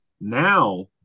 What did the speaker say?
Now